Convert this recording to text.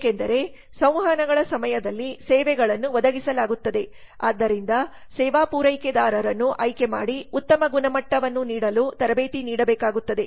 ಏಕೆಂದರೆ ಸಂವಹನಗಳ ಸಮಯದಲ್ಲಿ ಸೇವೆಗಳನ್ನು ಒದಗಿಸಲಾಗುತ್ತದೆ ಆದ್ದರಿಂದ ಸೇವಾ ಪೂರೈಕೆದಾರರನ್ನು ಆಯ್ಕೆ ಮಾಡಿ ಉತ್ತಮ ಗುಣಮಟ್ಟವನ್ನು ನೀಡಲು ತರಬೇತಿ ನೀಡಬೇಕಾಗುತ್ತದೆ